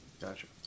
Gotcha